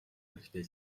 хэрэгтэй